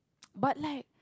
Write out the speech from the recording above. but like